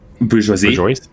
Bourgeoisie